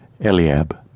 Eliab